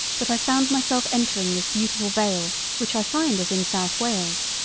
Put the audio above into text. but i found myself entering this beautifull vale which i find is in south wales,